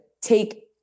take